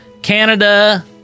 Canada